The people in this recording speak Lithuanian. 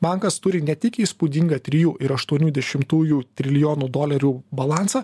bankas turi ne tik įspūdingą trijų ir aštuonių dešimtųjų trilijonų dolerių balansą